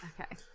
okay